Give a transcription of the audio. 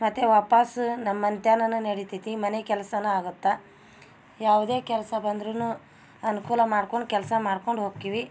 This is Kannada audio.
ಮತ್ತು ವಾಪಾಸ್ಸು ನಮ್ಮ ಮಂತ್ಯಾನನು ನಡಿತೈತಿ ಮನೆ ಕೆಲಸನೂ ಆಗುತ್ತ ಯಾವುದೇ ಕೆಲಸ ಬಂದರೂನು ಅನುಕೂಲ ಮಾಡ್ಕೊಂಡು ಕೆಲಸ ಮಾಡ್ಕೊಂಡು ಹೋಕ್ಕೀವಿ